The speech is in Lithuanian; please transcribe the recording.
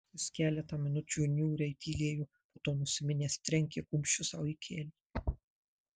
jis keletą minučių niūriai tylėjo po to nusiminęs trenkė kumščiu sau į kelį